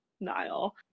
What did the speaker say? Niall